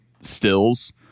stills